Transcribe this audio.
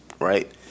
right